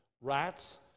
rats